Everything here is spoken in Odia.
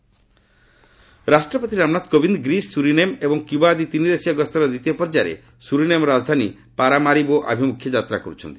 ପ୍ରେସିଡେଣ୍ଟ ଗ୍ରୀସ୍ ରାଷ୍ଟ୍ରପତି ରାମନାଥ କୋବିନ୍ଦ୍ ଗ୍ରୀସ୍ ସୁରିନେମ୍ ଏବଂ କ୍ୟୁବା ଆଦି ତିନିଦେଶୀୟ ଗସ୍ତର ଦ୍ୱିତୀୟ ପର୍ଯ୍ୟାୟରେ ସ୍ରରିନେମ୍ର ରାଜଧାନୀ ପାରାମାରିବୋ ଅଭିମୁଖେ ଯାତ୍ରା କରୁଛନ୍ତି